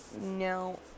No